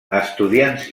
estudiants